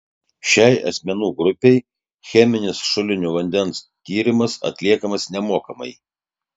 šiai asmenų grupei cheminis šulinio vandens tyrimas atliekamas nemokamai